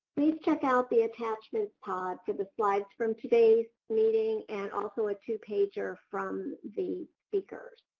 please check out the attachment pod for the slides from today's meeting and also a two-pager from the speakers.